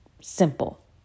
simple